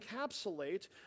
encapsulate